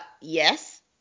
yes